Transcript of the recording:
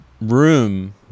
room